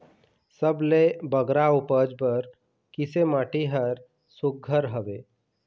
सबले बगरा उपज बर किसे माटी हर सुघ्घर हवे?